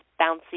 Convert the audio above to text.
bouncy